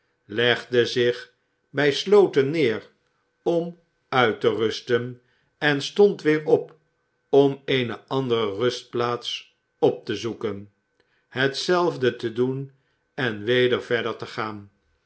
legde zich bij slooten neer om uit te rusten en stond weer op om eene andere rustplaats op te zoeken hetzelfde te doen en weder verder te gaan